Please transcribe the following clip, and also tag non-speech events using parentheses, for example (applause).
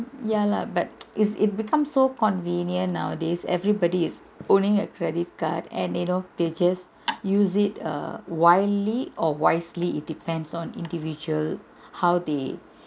ya lah but (noise) it's it becomes so convenient nowadays everybody is owning a credit card and you know they just use it err wildly or wisely it depends on individual how they